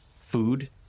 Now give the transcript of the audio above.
food